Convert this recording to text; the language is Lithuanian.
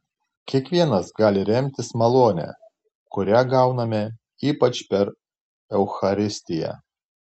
kiekvienas gali remtis malone kurią gauname ypač per eucharistiją